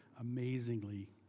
amazingly